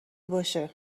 باشه